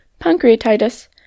pancreatitis